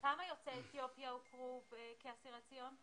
יוצאי אתיופיה הוכרו כאסירי ציון?